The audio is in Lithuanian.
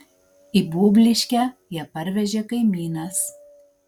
į būbliškę ją parvežė kaimynas